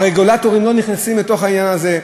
הרגולטורים לא נכנסים לתוך העניין הזה?